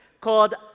called